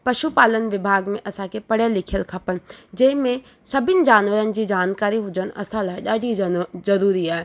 पशु पालन विभाग में असांखे पढ़ियल लिखियल खपनि जंहिंमें सभिनि जानवरनि जी जानकारी हुजण असां लाइ ॾाढी जाणण ज़रूरी आइ